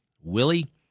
Willie